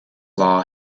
law